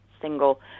single